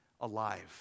alive